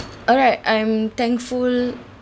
alright I'm thankful